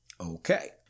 Okay